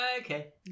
Okay